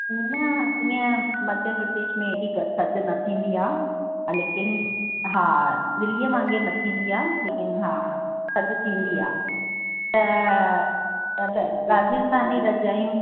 न इअं मध्य प्रदेश में हेॾी थधु न थींदी आहे हा लेकिनि हा दिल्लीअ वांगुरु न थींदी आहे लेकिनि हा थधु थींदी आहे त राजस्थानी रजायूं